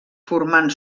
formant